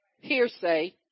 Hearsay